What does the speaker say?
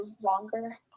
longer